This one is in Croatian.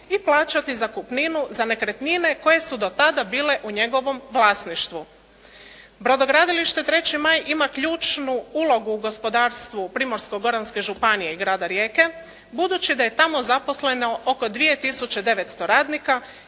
i plaćati zakupninu za nekretnine koje su do tada bile u njegovom vlasništvu. Brodogradilište "3. maj" ima ključnu ulogu u gospodarstvu Primorsko-goranske županije i grada Rijeke budući da je tamo zaposleno oko 2 tisuće 900 radnika